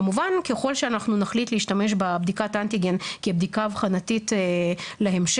כמובן ככל שאנחנו נחליט להשתמש בבדיקת האנטיגן כבדיקה אבחנתית להמשך,